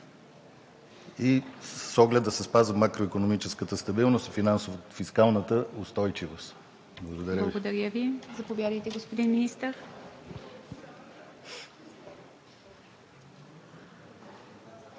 и с оглед да се спазват макроикономическата стабилност и фискалната устойчивост? Благодаря Ви.